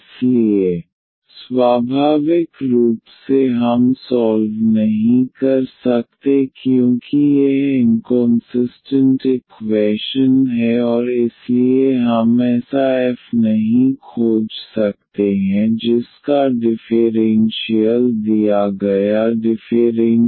इसलिए स्वाभाविक रूप से हम सॉल्व नहीं कर सकते क्योंकि यह इनकॉनसिस्टन्ट इक्वैशन है और इसलिए हम ऐसा एफ नहीं खोज सकते हैं जिसका डिफ़ेरेन्शियल दिया गया डिफ़ेरेन्शियल इक्वेशन है